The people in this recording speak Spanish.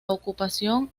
ocupación